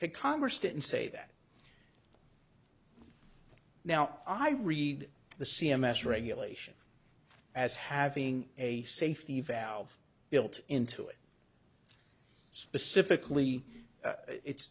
the congress didn't say that now i read the c m s regulation as having a safety valve built into it specifically it's